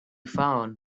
phone